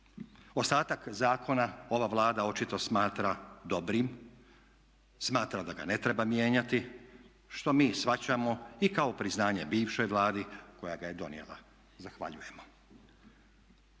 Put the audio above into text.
Ostatak zakona ova Vlada očito smatra dobrim, smatra da ga ne treba mijenjati što mi shvaćamo i kao priznanje bivšoj Vladi koja ga je donijela, zahvaljujemo.